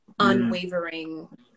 unwavering